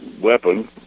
weapon